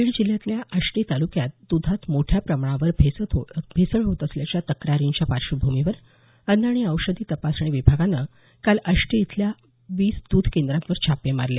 बीड जिल्ह्यातल्या आष्टी ताल्क्यात दुधात मोठ्या प्रमाणावर भेसळ होत असल्याच्या तक्रारींच्या पार्श्वभूमीवर अन्न आणि औषधी तपासणी विभागानं काल आष्टी इथल्या वीस द्ध केंद्रांवर छापे मारले